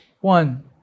One